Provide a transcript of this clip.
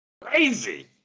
Crazy